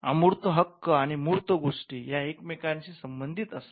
अमूर्त हक्क आणि मूर्त गोष्टी या एकमेकांशी संबंधित असतात